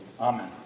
amen